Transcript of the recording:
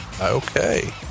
Okay